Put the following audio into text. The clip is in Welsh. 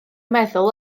meddwl